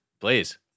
Please